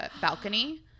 balcony